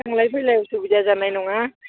थांलाय फैलाय उसुबिदा जानाय नङा